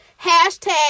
Hashtag